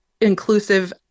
inclusive